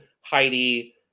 Heidi